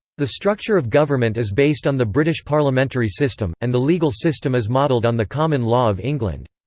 the structure of government is based on the british parliamentary system, and the legal system is modelled on the common law of england.